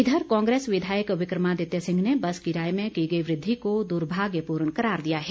इधर कांग्रेस विधायक विक्रमादित्य सिंह ने बस किराए में की गई वृद्वि को दुर्भाग्यपूर्ण करार दिया है